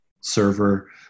server